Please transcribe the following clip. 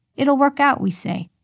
it'll work out, we say.